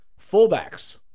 Fullbacks